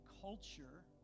culture